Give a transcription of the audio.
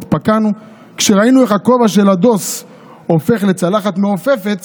התפקענו כשראינו איך הכובע של הדוס הופך לצלחת מעופפת.